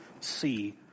see